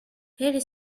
her